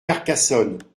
carcassonne